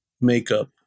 makeup